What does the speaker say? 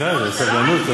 דקה, סבלנות,